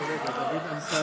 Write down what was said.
מבחינתנו.